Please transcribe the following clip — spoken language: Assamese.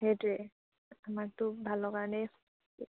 সেইটোৱে আমাকটো ভালৰ কাৰণেই